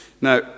Now